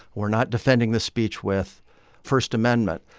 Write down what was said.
we're not defending this speech with first amendment.